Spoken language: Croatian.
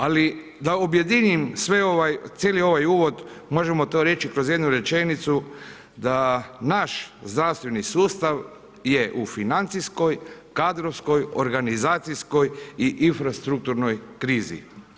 Ali da objedinim cijeli ovaj uvod, možemo to reći kroz jednu rečenicu da naš zdravstveni sustav je u financijskoj, kadrovskoj, organizacijskoj i infrastrukturnoj krizi.